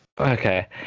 okay